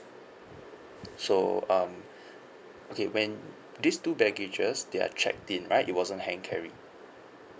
so um okay when these two baggages they are checked in right it wasn't hand carry